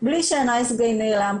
בלי שה"נייס גאי" נעלם,